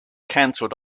canceled